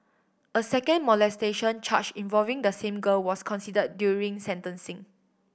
a second molestation charge involving the same girl was considered during sentencing